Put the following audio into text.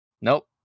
Nope